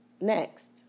Next